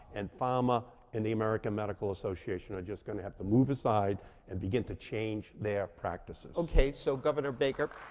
and pharma and the american medical association are just going to have to move aside and begin to change their practices. okay, so governor baker.